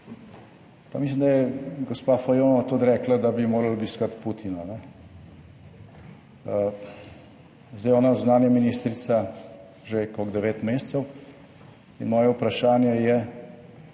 Pa mislim, da je gospa Fajonova tudi rekla, da bi morali obiskati Putina. Zdaj ona je zunanja ministrica že okrog devet mesecev. In moje vprašanje je